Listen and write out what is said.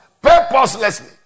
purposelessly